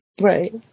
Right